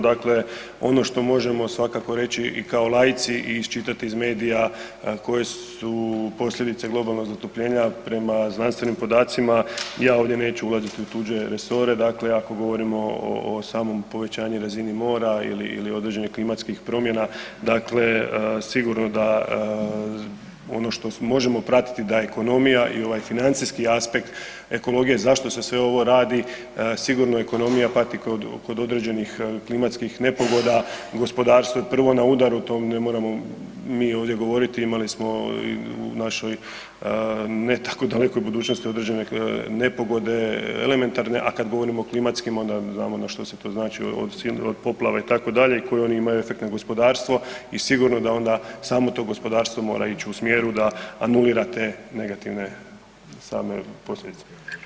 Dakle, ono što možemo svakako reći i kao laici i iščitati iz medija koje su posljedice globalnog zatopljenja prema znanstvenim podacima, ja ovdje neću ulaziti u tuđe resore, dakle ako govorimo o samom povećanju razini mora ili određenih klimatskih promjena, dakle sigurno da ono što možemo pratiti da ekonomija i ovaj financijski aspekt ekologije, zašto se sve ovo radi, sigurno ekonomija pati kod određenih klimatskih nepogoda, gospodarstvo je prvo na udaru, to ne moramo mi ovdje govoriti, imali smo u našoj ne tako dalekoj budućnosti određene nepogode elementarne, a kad govorim o klimatskim, onda znamo na što se to znači, od poplave itd., koji one imaju efekt na gospodarstvo i sigurno da onda samo to gospodarstvo mora ići u smjeru da anulira te negativne same posljedice.